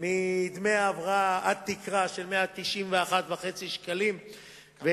מדמי ההבראה, עד תקרה של 191.5 שקלים.